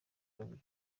babiri